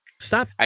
Stop